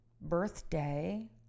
birthday